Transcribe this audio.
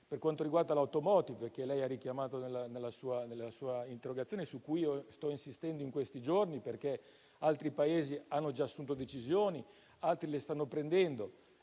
per quanto riguarda l'*automotive,* che lei ha richiamato nella sua interrogazione e su cui sto insistendo in questi giorni perché alcuni Paesi hanno già assunto decisioni e altri le stanno prendendo.